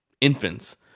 infants